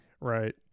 right